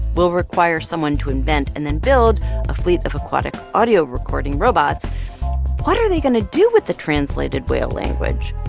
will require someone to invent and then build a fleet of aquatic audio recording robots what are they going to do with the translated whale language?